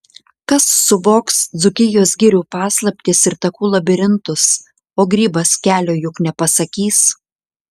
kas suvoks dzūkijos girių paslaptis ir takų labirintus o grybas kelio juk nepasakys